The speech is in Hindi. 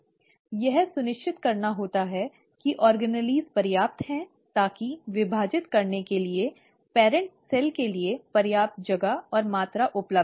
यह सुनिश्चित करना होता है कि ऑर्गेनेल पर्याप्त हैं ताकि विभाजित करने के लिए मूल कोशिका के लिए पर्याप्त जगह और मात्रा उपलब्ध हो